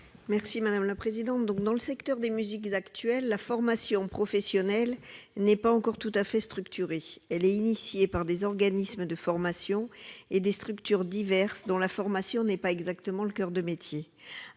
Mme Françoise Laborde. Dans le secteur des musiques actuelles, la formation professionnelle n'est pas encore tout à fait structurée. Elle est assurée par des organismes de formation et des structures diverses, dont la formation ne constitue pas exactement le coeur de métier.